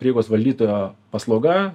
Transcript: prieigos valdytojo paslauga